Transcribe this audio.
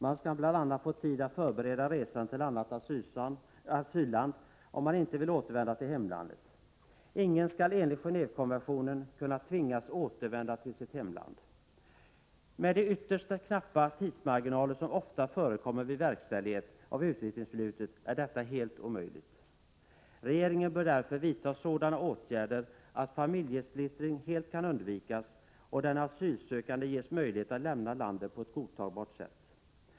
Man skall bl.a. få tid att förbereda resa till annat asylland, om man inte vill återvända till hemlandet. Ingen skall enligt Genévekonventionen kunna tvingas återvända till hemlandet. Med de ytterst knappa tidsmarginaler som ofta förekommer vid verkställighet av utvisningsbeslut är detta helt omöjligt. Regeringen bör därför vidta sådana åtgärder att familjesplittring helt kan undvikas och den asylsökande ges möjlighet att lämna landet på ett godtagbart sätt.